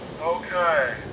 Okay